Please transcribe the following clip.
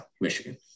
Michigan